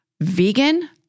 Vegan